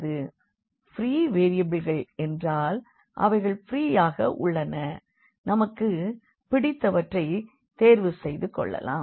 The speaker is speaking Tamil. ப்ரீ வேரியபிள்கள் என்றால் அவைகள் ப்ரீயாக உள்ளன நமக்கு பிடித்தவற்றை தேர்வு செய்து கொள்ளலாம்